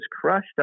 crushed